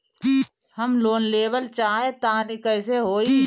हम लोन लेवल चाह तानि कइसे होई?